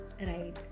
Right